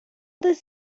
this